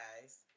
guys